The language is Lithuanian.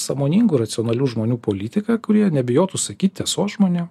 sąmoningų racionalių žmonių politiką kurie nebijotų sakyt tiesos žmonėm